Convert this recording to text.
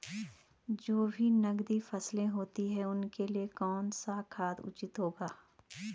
जो भी नकदी फसलें होती हैं उनके लिए कौन सा खाद उचित होगा?